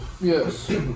Yes